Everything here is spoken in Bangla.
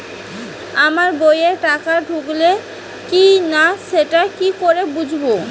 আমার বইয়ে টাকা ঢুকলো কি না সেটা কি করে বুঝবো?